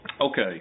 Okay